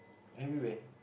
everywhere